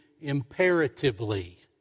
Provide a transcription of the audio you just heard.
imperatively